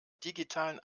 digitalen